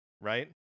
Right